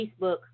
Facebook